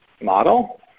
model